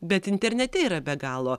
bet internete yra be galo